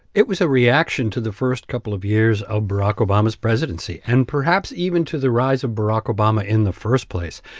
it was a reaction to the first couple of years of barack obama's presidency and perhaps even to the rise of barack obama in the first place.